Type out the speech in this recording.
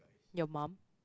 your mom